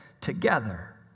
together